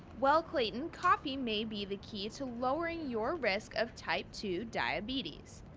well clayton, coffee may be the key to lowering your risk of type two diabetes.